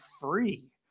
free